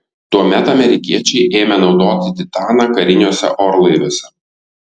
tuomet amerikiečiai ėmė naudoti titaną kariniuose orlaiviuose